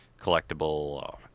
collectible